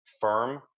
firm